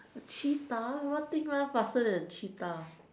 a cheetah what thing run faster than a cheetah